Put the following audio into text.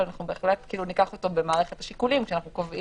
ואנחנו בהחלט ניקח אותו במערכת השיקולים כשאנחנו קובעים את